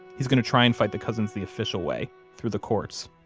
he's going to try and fight the cousins the official way, through the courts.